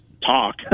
talk